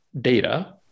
data